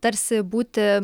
tarsi būti